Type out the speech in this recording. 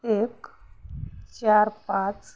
एक चार पाच